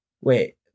wait